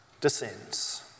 descends